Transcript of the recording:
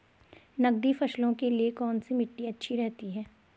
नकदी फसलों के लिए कौन सी मिट्टी अच्छी रहती है?